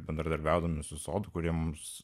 bendradarbiaudami su sodų kurie mums